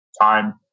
time